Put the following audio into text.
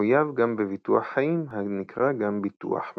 מחויב גם בביטוח חיים הנקרא גם ביטוח משכנתה.